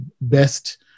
best